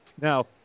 Now